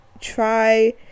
try